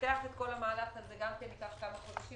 לפתח את כל המהלך הזה גם ייקח כמה חודשים